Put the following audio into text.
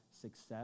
success